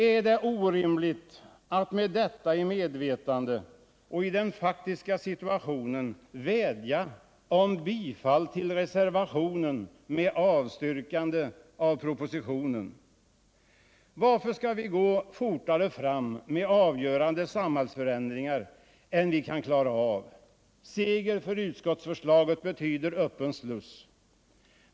Är det orimligt att med detta i medvetande och i den faktiska situationen vädja om bifall till reservationen med avstyrkande av propositionen i denna del? Varför skall vi gå fortare fram med avgörande samhällsförändringar än vi kan klara av? Seger för utskottsförslaget betyder öppen sluss.